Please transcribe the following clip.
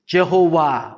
Jehovah